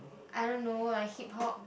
I don't know like Hip-Hop